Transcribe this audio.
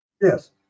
Yes